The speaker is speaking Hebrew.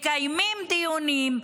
מקיימים דיונים,